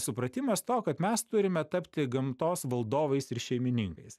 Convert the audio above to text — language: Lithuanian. supratimas to kad mes turime tapti gamtos valdovais ir šeimininkais